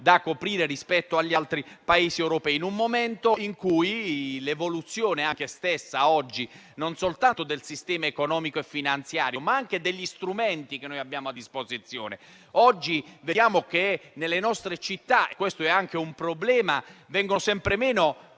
da coprire rispetto agli altri Paesi europei, in un momento di evoluzione non soltanto del sistema economico e finanziario, ma anche degli strumenti che abbiamo a disposizione. Oggi vediamo che nelle nostre città - e questo è anche un problema - sono sempre meno